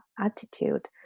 attitude